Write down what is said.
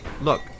look